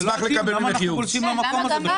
--- למה אנחנו מגיעים למקום הזה בכלל?